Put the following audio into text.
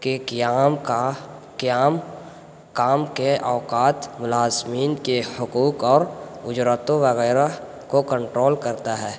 کے قیام کا قیام کام کے اوقات ملازمین کے حقوق اور اجرتوں وغیرہ کو کنٹرول کرتا ہے